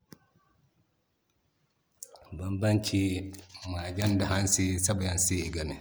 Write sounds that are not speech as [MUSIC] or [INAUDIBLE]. [NOISE] Banbancin mage da hansi. saba Yaŋ si i game,